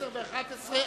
10 ו-11,